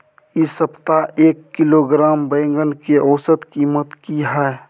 इ सप्ताह एक किलोग्राम बैंगन के औसत कीमत की हय?